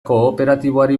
kooperatiboari